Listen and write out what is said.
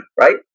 right